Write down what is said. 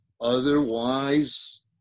Otherwise